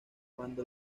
cuando